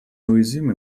уязвимы